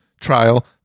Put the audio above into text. trial